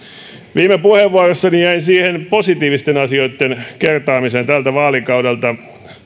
viime puheenvuorossani jäin siihen positiivisten asioitten kertaamiseen tältä vaalikaudelta